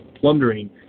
plundering